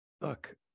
look